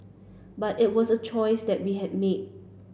but it was a choice that we had made